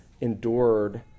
endured